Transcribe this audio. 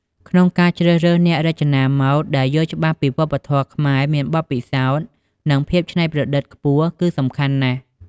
ក្នុងការជ្រើសរើសអ្នករចនាម៉ូតដែលយល់ច្បាស់ពីវប្បធម៌ខ្មែរ មានបទពិសោធន៍ និងភាពច្នៃប្រឌិតខ្ពស់គឺសំខាន់ណាស់ ។